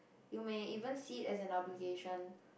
you may even see it as an obligation